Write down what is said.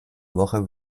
woche